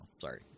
Sorry